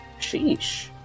Sheesh